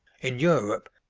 in europe,